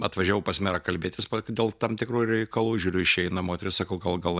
atvažiavau pas merą kalbėtis dėl tam tikrų reikalų žiūriu išeina moteris sako kad gal gal